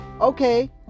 okay